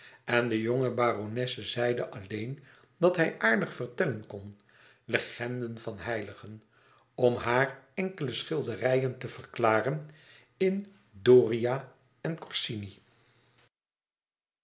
en de jonge baronesse zeide alleen dat hij aardig vertellen kon legenden van heiligen om haar enkele schilderijen te verklaren in doria en corsini